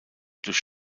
durch